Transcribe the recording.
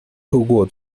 透过